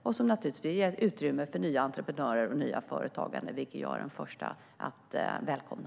Och det ger naturligtvis utrymme för nya entreprenörer och nya företagare, vilket jag är den första att välkomna.